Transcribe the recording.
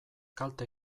kalte